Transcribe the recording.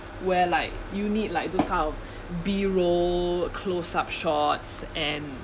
where like you need like those kind of B role close up shots and